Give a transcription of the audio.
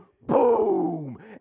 boom